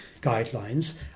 guidelines